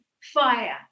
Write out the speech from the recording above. fire